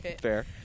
fair